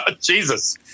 Jesus